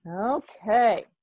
Okay